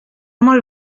molt